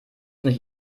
nicht